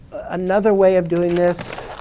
another way of doing this,